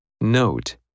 Note